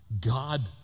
God